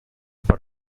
per